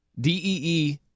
D-E-E